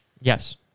Yes